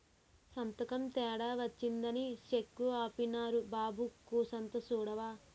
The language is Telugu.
సంతకం తేడా వచ్చినాదని సెక్కు ఆపీనారు బాబూ కూసంత సూడవా